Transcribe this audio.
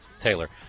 Taylor